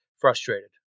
frustrated